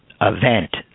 event